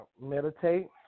Meditate